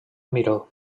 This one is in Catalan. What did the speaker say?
miró